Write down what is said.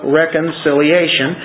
reconciliation